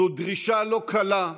זו דרישה לא קלה,